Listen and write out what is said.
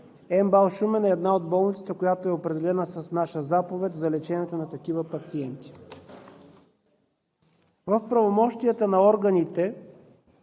– Шумен, е една от болниците, която е определена с нашата заповед за лечението на такива пациенти. В правомощията на органите